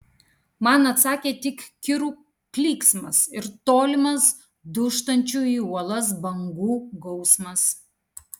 man atsakė tik kirų klyksmas ir tolimas dūžtančių į uolas bangų gausmas